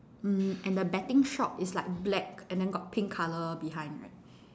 mm and the betting shop is like black and then got pink colour behind right